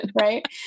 right